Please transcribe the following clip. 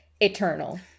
eternal